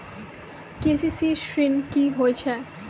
KCC ॠन की होय छै?